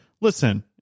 listen